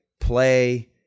play